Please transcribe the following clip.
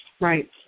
Right